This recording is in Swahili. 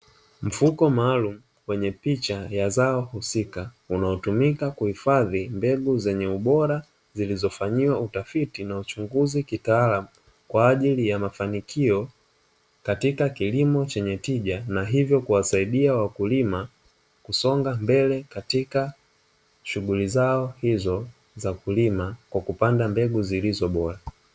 Mfuko maalumu wenye picha ya zao husika unaotumika kuhifadhi mbegu zenye ubora zilizofanyiwa utafiti na uchunguzi kitaalamu, kwa ajili ya mafanikio katika kilimo chenye tija na hivyo kuwasaidia wakulima, kusonga mbele katika shughuli zao hizo za kulima kwa kupanda mbegu zilizo bora.